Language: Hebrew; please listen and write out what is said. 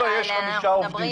לא, במטולה יש חמישה עובדים.